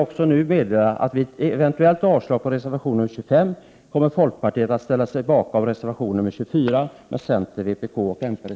Dessutom vill jag meddela att vi i